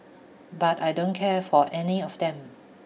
but I don't care for any of them